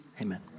Amen